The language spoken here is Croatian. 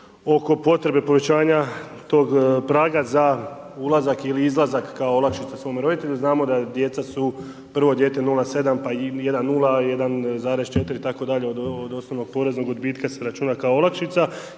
oko potrebe povećanja tog praga za ulazak ili izlazak kao olakšice svakom roditelju. Znamo, djeca su, prvo dijete 0,7, pa i 1,0, 1,4 itd. od osnovnog poreznog odbitka se računa kao olakšica